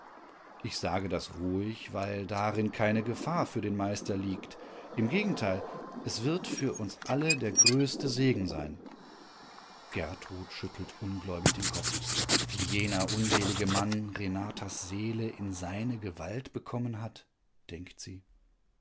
ich sage das ruhig weil darin keine gefahr für den meister liegt im gegenteil es wird für uns alle der größte segen sein gertrud schüttelt ungläubig den kopf wie jener unselige mann renatas seele in seine gewalt bekommen hat denkt sie